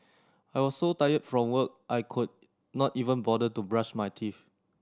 I was so tired from work I could not even bother to brush my teeth